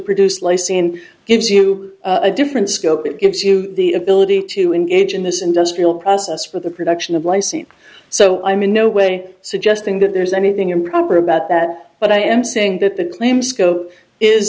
produce lice and gives you a different scope it gives you the ability to engage in this industrial process for the production of lysine so i'm in no way suggesting that there's anything improper about that but i am saying that the claim scope is